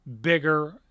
bigger